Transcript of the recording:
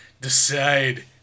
Decide